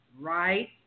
right